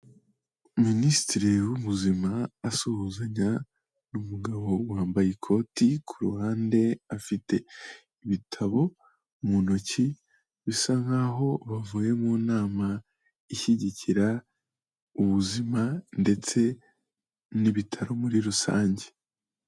Minisitiri w'ubuzima asuhuzanya n'umugabo wambaye ikoti, ku ruhande afite ibitabo mu ntoki, bisa nkaho bavuye mu nama ishyigikira ubuzima ndetse n'ibitaro muri rusange.